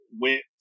went